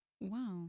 Wow